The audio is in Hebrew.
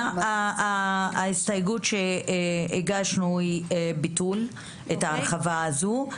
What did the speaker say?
ההסתייגות שביקשנו היא ביטול ההרחבה הזו.